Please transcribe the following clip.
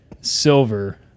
Silver